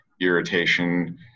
irritation